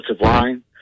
line